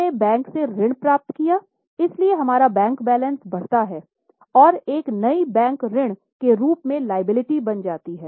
हम् ने बैंक से ऋण प्राप्त किया है इसलिए हमारा बैंक बैलेंस बढ़ता है और एक नई बैंक ऋण के रूप में लायबिलिटी बनाई जाती है